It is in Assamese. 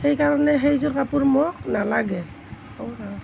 সেইকাৰণে সেইযোৰ কাপোৰ মোক নালাগে